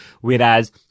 Whereas